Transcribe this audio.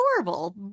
adorable